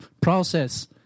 process